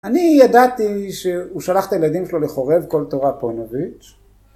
אני ידעתי שהוא שלח את הילדים שלו לחורב קול תורה פונוביץ'